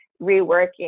reworking